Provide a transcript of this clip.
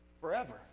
forever